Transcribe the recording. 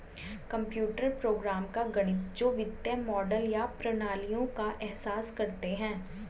computer program का गणित जो वित्तीय मॉडल या प्रणालियों का एहसास करते हैं